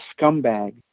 scumbag